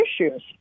issues